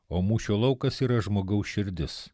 o mūšio laukas yra žmogaus širdis